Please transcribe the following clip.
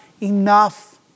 enough